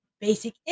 basic